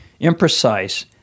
imprecise